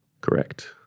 Correct